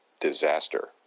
disaster